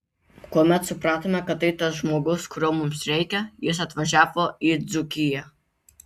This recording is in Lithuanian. kuomet supratome kad tai tas žmogus kurio mums reikia jis atvažiavo į dzūkiją